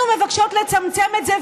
אנחנו מבקשות לצמצם את זה,